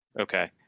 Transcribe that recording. Okay